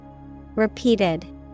Repeated